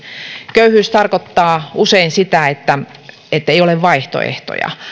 köyhyys tarkoittaa usein sitä ettei ole vaihtoehtoja